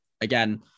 again